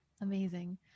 Amazing